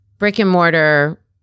brick-and-mortar